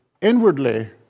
inwardly